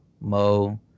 Mo